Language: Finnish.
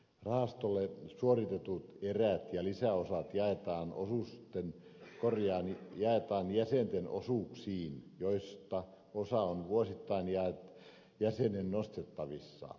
rahastolle suoritetut erät ja lisäosat jaetaan jäsenten osuuksiin joista osa on vuosittain jäsenen nostettavissa